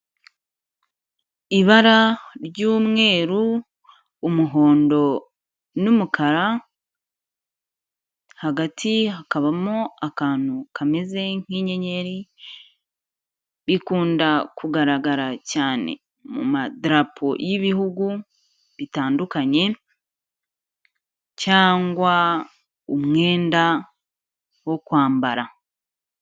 Ibara ry'umweru, umuhondo n'umukara, hagati hakabamo akantu kameze nk'inyenyeri, bikunda kugaragara cyane mu madarapo y'ibihugu bitandukanye cyangwa umwenda wo kwambara.